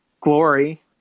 glory